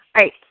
Right